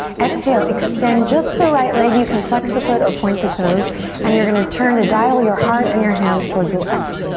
exhale, extend just the right leg. you can flex the foot or point the toes and you're gonna turn to dial your heart and your hands towards the left.